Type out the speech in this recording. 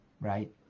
right